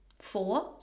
four